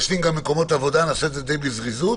נשלים מקומות עבודה - נעשה את זה די בזריזות.